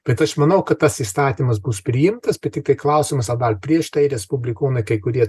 bet aš manau kad tas įstatymas bus priimtas bet tiktai klausimas ar dar prieš tai respublikonai kai kurie